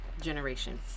generation